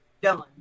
done